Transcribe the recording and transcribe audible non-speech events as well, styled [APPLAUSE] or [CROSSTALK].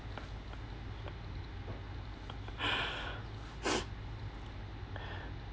[LAUGHS]